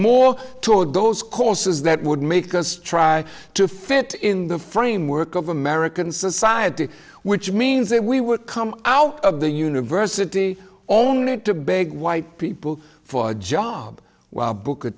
more toward those courses that would make us try to fit in the framework of american society which means that we would come out of the university only to beg white people for a job well booker